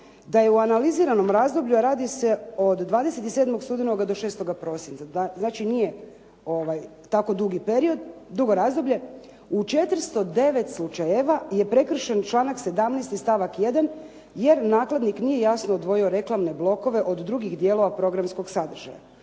da je u analiziranom razdoblju, a radi se od 27. studenog do 6. prosinca. Znači nije tako dugi period, dugo razdoblje. U 409 slučajeva je prekršen članak 17. stavak 1. jer nakladnik nije jasno odvojio reklamne blokove od drugih dijelova programskog sadržaja.